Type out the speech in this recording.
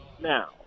now